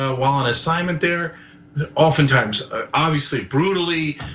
ah while on assignment there. they're oftentimes ah obviously brutally,